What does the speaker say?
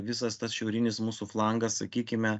visas tas šiaurinis mūsų flangas sakykime